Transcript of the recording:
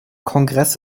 kongress